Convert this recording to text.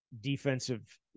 defensive –